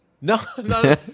No